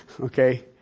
okay